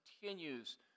continues